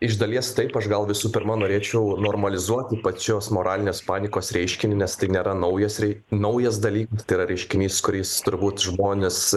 iš dalies taip aš gal visų pirma norėčiau normalizuoti pačios moralinės panikos reiškinį nes tai nėra naujas rei naujas dalykas tai yra reiškinys kuris turbūt žmones